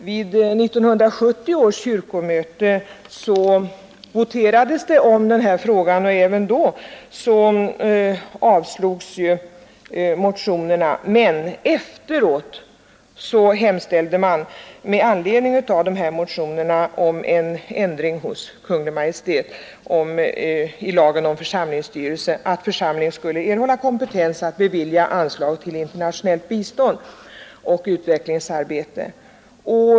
Vid 1970 års kyrkomöte voterades det om denna fråga, och även då avslogs motionerna, men efteråt hemställde man med anledning av motionerna hos Kungl. Maj:t om sådan ändring i lagen om församlingsstyrelse att församling skulle erhålla kompetens att bevilja anslag till internationellt biståndsoch utvecklingsarbete.